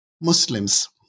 Muslims